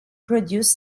produce